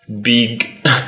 big